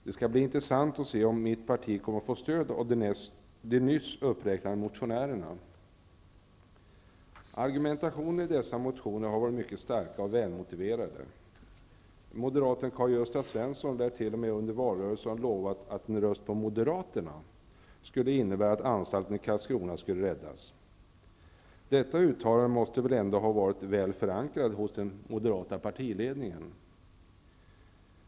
Det skall bli intressant att se om mitt parti kommer att få stöd av de nyss uppräknade motionärerna. Argumentationen i dessa motioner är mycket stark och väl motiverad. Moderaten Karl-Gösta Svenson lär t.o.m. under valrörelsen ha lovat att en röst på Karlskrona skulle räddas. Detta uttalande måste väl ändå ha varit väl förankrat hos den moderata partiledningen.